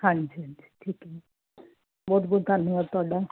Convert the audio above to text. ਹਾਂਜੀ ਹਾਂਜੀ ਠੀਕ ਹੈ ਜੀ ਬਹੁਤ ਬਹੁਤ ਧੰਨਵਾਦ ਤੁਹਾਡਾ